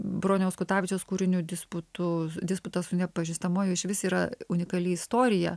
broniaus kutavičiaus kūriniu disputu disputas su nepažįstamuoju išvis yra unikali istorija